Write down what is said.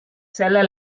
selle